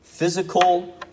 Physical